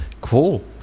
Cool